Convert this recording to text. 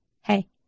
hey